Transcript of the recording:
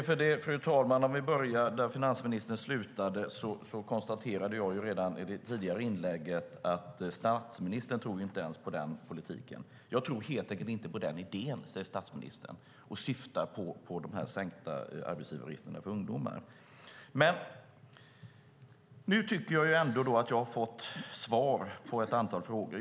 Fru talman! Om vi börjar där finansministern slutade konstaterade jag redan i det tidigare inlägget att inte ens statsministern tror på den politiken. Jag tror helt enkelt inte på den idén, säger statsministern, och syftar på de sänkta arbetsgivaravgifterna för ungdomar. Jag tycker ändå att jag har fått svar på ett antal frågor.